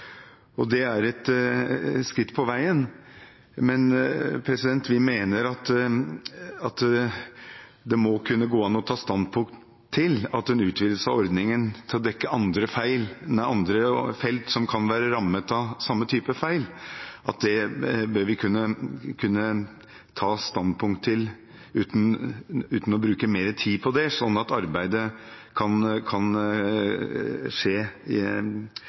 Det er et skritt på veien, men vi mener at det må kunne gå an å ta standpunkt til en utvidelse av ordningen til å dekke andre felt som kan være rammet av samme type feil, uten å bruke mer tid på det, slik at arbeidet kan komme raskere i gang. Det er selvsagt også nødvendig å sikre en reell mulighet til å få hjelp i saker som handler om samme forhold som kan